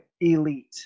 elite